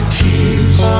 tears